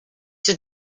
did